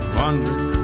wondering